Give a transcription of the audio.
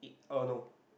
uh no